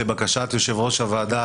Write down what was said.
לבקשת יושב-ראש הוועדה,